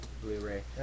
Blu-ray